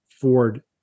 Ford